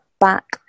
back